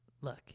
Look